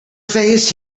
face